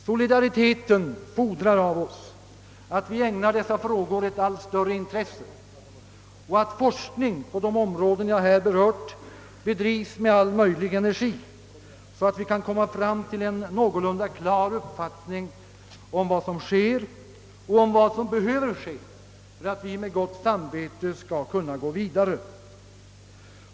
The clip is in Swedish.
Solidariteten fordrar av oss att vi ägnar dessa frågor ett allt större intresse och att forskning på de områden jag här berört bedrives med all möjlig energi så att vi kan komma fram till en någorlunda klar uppfattning om vad som sker och om vad som bör ske för att vi med gott samvete skall kunna gå vidare.